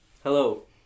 Hello